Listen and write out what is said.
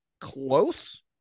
close